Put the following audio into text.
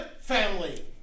family